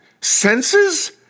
senses